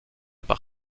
par